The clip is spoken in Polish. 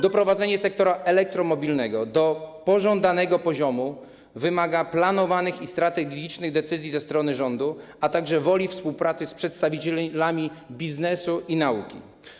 Doprowadzenie sektora elektromobilnego do pożądanego poziomu rozwoju wymaga planowanych i strategicznych decyzji ze strony rządu, a także woli współpracy z przedstawicielami biznesu i nauki.